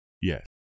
Yes